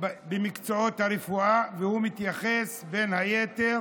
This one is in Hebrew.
במקצועות הרפואה והוא מתייחס בין היתר